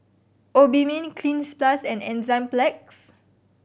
Obimin Cleanz Plus and Enzyplex